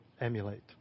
emulate